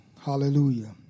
Hallelujah